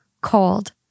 Cold